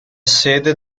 sede